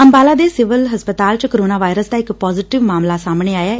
ਅੰਬਾਲਾ ਦੇ ਸਿਵਲ ਹਸਪਤਾਲ 'ਚ ਕਰੋਨਾ ਵਾਇਰਸ ਦਾ ਇਕ ਪਾਜੀਟਿਵ ਮਾਮਲਾ ਸਾਹਮਣੇ ਆਇਆ ਹੈ